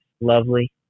lovely